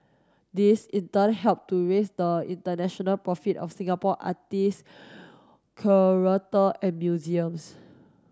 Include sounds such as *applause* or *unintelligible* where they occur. this in turn help to raise the international profit of Singapore artist *unintelligible* and museums